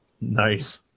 Nice